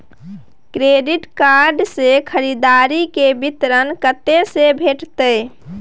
Credit card से खरीददारी के विवरण कत्ते से भेटतै?